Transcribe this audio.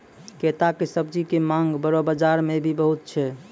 कैता के सब्जी के मांग बड़ो बाजार मॅ भी बहुत छै